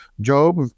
Job